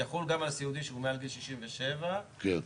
יחול גם על סיעודי שהוא מעל גיל 67. כן.